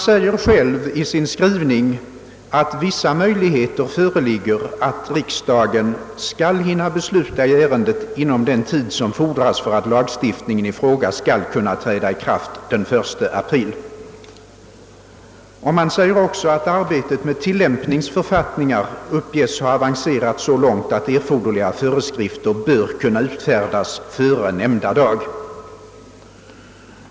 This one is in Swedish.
Utskottsmajoriteten anför att vissa möjligheter föreligger »att riksdagen skall hinna besluta i ärendet inom den tid som fordras för att lagstiftningen i fråga skall kunna träda i kraft den 1 april». Det anförs vidare att »arbetet med tillämpningsförfattningar m.m. uppges nu ha avancerat så långt att erforderliga föreskrifter bör kunna utfärdas före nämnda dag».